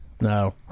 No